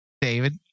David